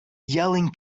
yelling